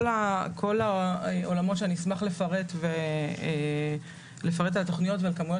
אני אשמח לפרט על התכניות ועל כמויות